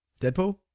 Deadpool